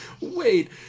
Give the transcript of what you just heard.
wait